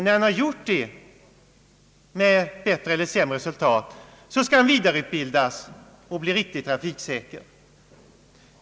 När de har gjort detta med bättre eller sämre resultat, skall de slutligen vidareutbildas och bli riktigt trafiksäkra.